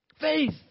Faith